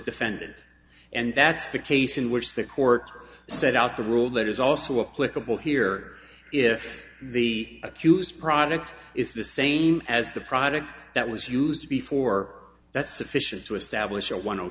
defendant and that's the case in which the court set out the rule that is also a political here if the accused product is the same as the product that was used before that's sufficient to establish a one